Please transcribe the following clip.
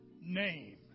name